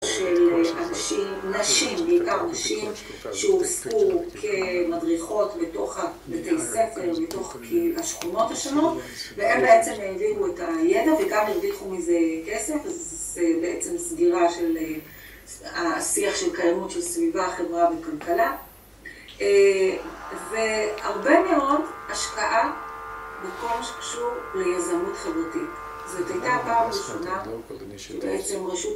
של אנשים, נשים, בעיקר נשים שהוספו כמדריכות בתוך הבתי ספר או בתוך השכונות השונות והן בעצם הביאו את הידע ובעיקר הרוויחו מזה כסף זה בעצם סגירה של השיח של קיימות של סביבה, חברה וכלכלה והרבה מאוד השקעה בכל מה שקשור ביזמות חברתית זאת הייתה הפעם הראשונה שבעצם רשות..